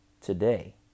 today